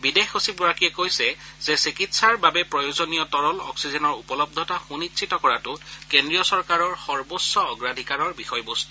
বিদেশ সচিবগৰাকীয়ে কৈছে যে চিকিৎসাৰ বাবে প্ৰয়োজনীয় তৰল অক্সিজেনৰ উপলব্ধতা সুনিশ্চিত কৰাটো কেন্দ্ৰীয় চৰকাৰৰ সৰ্বোচ্চ অগ্ৰাধিকাৰৰ বিষয়বস্তু